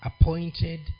appointed